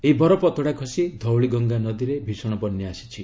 ଏହି ବରଫ ଅତଡ଼ା ଖସି ଧଉଳି ଗଙ୍ଗା ନଦୀରେ ଭୀଷଣ ବନ୍ୟା ଆସିଛି